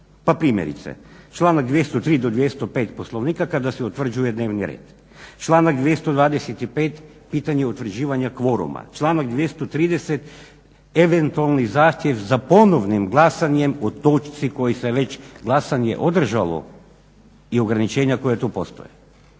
Pa primjerice, članak 203. do 205. Poslovnika kada se utvrđuje dnevni red, članaka 225. pitanje utvrđivanja kvoruma, članak 230. eventualni zahtjev za ponovnim glasanjem o točci koji se već glasanje održalo i ograničenja koja tu postoje.